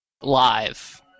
live